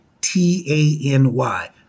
T-A-N-Y